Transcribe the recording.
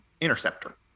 interceptor